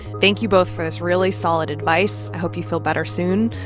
thank you both for this really solid advice. i hope you feel better soon,